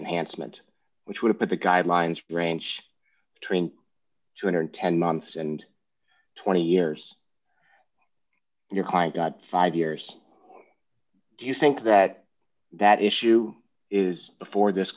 enhanced meant which would put the guidelines branch between two hundred and ten months and twenty years your client got five years do you think that that issue is before this